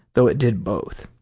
though it did both.